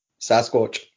Sasquatch